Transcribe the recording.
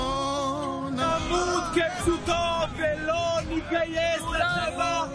אנחנו עוברים לנושא הבא על סדר-היום,